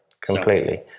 Completely